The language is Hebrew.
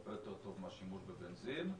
הרבה יותר מהשימוש בבנזין,